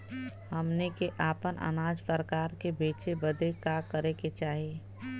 हमनी के आपन अनाज सरकार के बेचे बदे का करे के चाही?